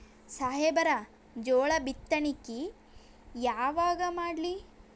ಸಾಹೇಬರ ಜೋಳ ಬಿತ್ತಣಿಕಿ ಯಾವಾಗ ಮಾಡ್ಲಿ?